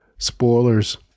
Spoilers